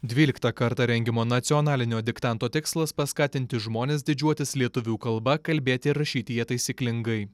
dvyliktą kartą rengiamo nacionalinio diktanto tikslas paskatinti žmones didžiuotis lietuvių kalba kalbėti rašyti ja taisyklingai